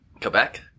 Quebec